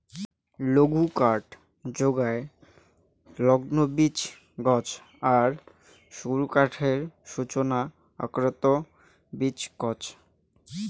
লঘুকাঠ যোগায় নগ্নবীচি গছ আর গুরুকাঠের সূচনা আবৃত বীচি গছ